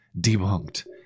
debunked